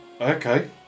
Okay